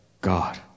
God